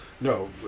No